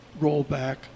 rollback